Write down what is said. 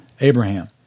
Abraham